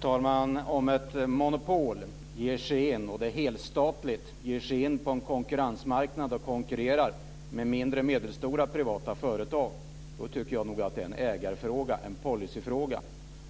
Fru talman! Om ett helstatligt monopol ger sig in på en konkurrensmarknad och konkurrerar med mindre och medelstora privata företag, då tycker jag nog att det är en ägarfråga, en policyfråga.